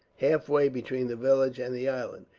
halfway between the village and the island.